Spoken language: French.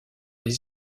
les